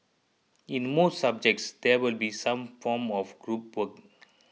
in most subjects there will be some form of group work